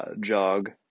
jog